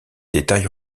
détail